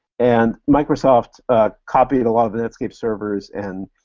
and microsoft copied a lot of the netscape servers and,